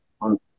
on